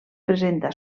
presenta